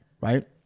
right